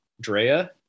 Drea